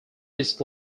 his